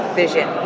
vision